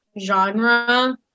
genre